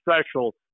special